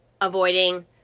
avoiding